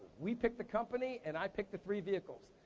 we pick the company, and i pick the three vehicles.